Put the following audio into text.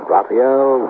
Raphael